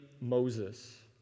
Moses